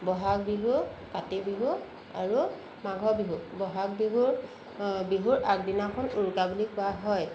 বহাগ বিহু কাতি বিহু আৰু মাঘৰ বিহু বহাগ বিহুৰ বিহুৰ আগদিনাখন উৰুকা বুলি কোৱা হয়